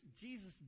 Jesus